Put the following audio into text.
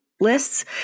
lists